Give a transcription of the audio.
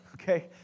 okay